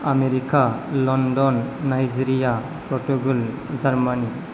America London Nigeria Portugal Germany